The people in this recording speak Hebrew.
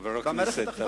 חבר הכנסת אלסאנע,